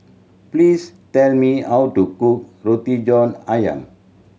please tell me how to cook Roti John Ayam